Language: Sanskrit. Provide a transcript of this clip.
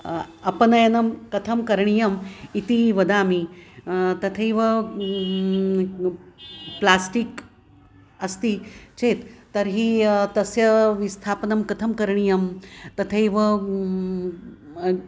अपनयनं कथं करणीयम् इति वदामि तथैव प्लास्टिक् अस्ति चेत् तर्हि तस्य विस्थापनं कथं करणीयं तथैव